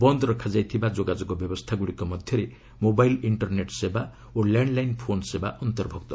ବନ୍ଦ ରଖାଯାଇଥିବା ଯୋଗାଯୋଗ ବ୍ୟବସ୍ଥାଗୁଡ଼ିକ ମଧ୍ୟରେ ମୋବାଇଲ୍ ଇକ୍କରନେଟ୍ ସେବା ଓ ଲ୍ୟାଣ୍ଡ୍ ଲାଇନ୍ ଫୋନ୍ ସେବା ଅନ୍ତର୍ଭୁକ୍ତ